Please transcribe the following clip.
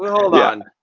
hold on.